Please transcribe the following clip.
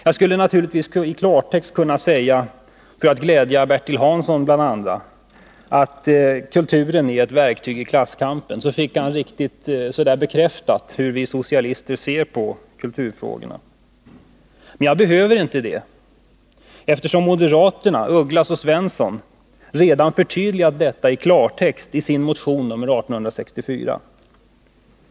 För att glädja Bertil Hansson bl.a. skulle jag naturligtvis kunna tala i klartext och säga att kulturen är ett verktyg i klasskampen. Då skulle han få riktigt bekräftat hur vi socialister ser på kulturfrågorna. Men jag behöver inte göra det, eftersom moderaterna Margaretha af Ugglas och Sten Svensson redan förtydligat detta i sin motion nr 1864.